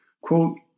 Quote